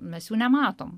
mes jų nematom